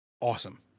Awesome